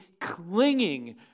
clinging